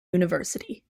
university